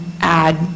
add